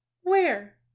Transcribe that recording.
Where